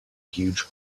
huge